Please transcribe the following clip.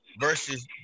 Versus